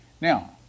Now